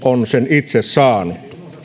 itse saanut